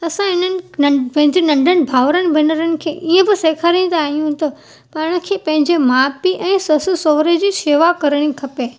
असां इन्हनि नन पंहिंजे नंढनि भाउरनि भेनरनि खे ईअं बि सेखारींदा आहियूं त पाण खे पंहिंजे माउ पीउ ऐं ससु सहुरे जी सेवा करिणी खपे